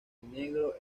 negro